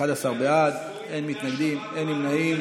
11 בעד, אין מתנגדים, אין נמנעים.